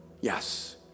Yes